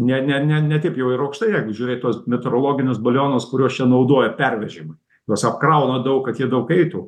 ne ne ne ne taip jau ir aukštai jeigu žiūrėt tuo meteorologinius balionus kuriuos čia naudoja pervežimui juos apkrauna daug kad jie daug eitų